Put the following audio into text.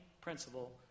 principle